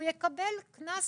הוא יקבל קנס